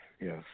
yes